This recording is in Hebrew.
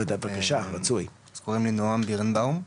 קוראים לי נועם בירנבאום.